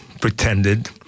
pretended